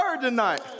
tonight